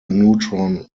neutron